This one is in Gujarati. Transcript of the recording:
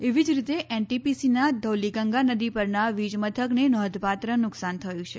એવી જ રીતે એન્ટીપીસીના ધૌલીગંગા નદી પરના વિજ મથકને નોંધપાત્ર નુકશાન થયું છે